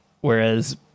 whereas